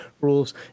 rules